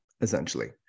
essentially